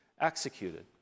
executed